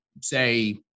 say